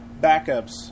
backups